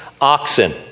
oxen